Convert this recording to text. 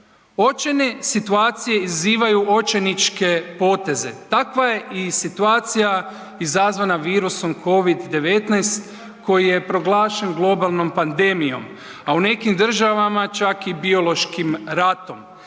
Očajne situacije izazivaju očajničke poteze, takva je i situacija izazvana virusom COVID-19 koji je proglašenom globalnom pandemijom, a u nekim državama čak i biološkim ratom.